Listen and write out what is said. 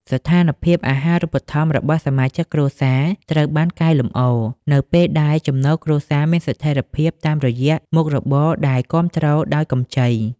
ស្ថានភាពអាហារូបត្ថម្ភរបស់សមាជិកគ្រួសារត្រូវបានកែលម្អ នៅពេលដែលចំណូលគ្រួសារមានស្ថិរភាពតាមរយៈមុខរបរដែលគាំទ្រដោយកម្ចី។